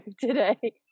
today